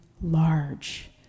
large